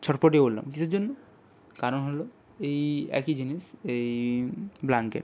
ছটপটিয়ে উঠলাম কীসের জন্য কারণ হলো ওই একই জিনিস এই ব্লাঙ্কেট